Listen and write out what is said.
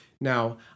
Now